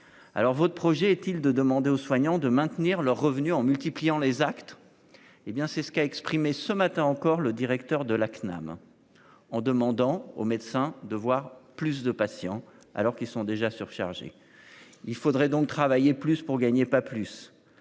Alors, votre projet est-il de demander aux soignants de maintenir leurs revenus en multipliant les actes. Eh bien c'est ce qu'a exprimé ce matin encore le directeur de la CNAM. En demandant aux médecins de voir plus de patients, alors qu'ils sont déjà surchargés. Il faudrait donc travailler plus pour gagner, pas plus.